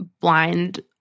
blind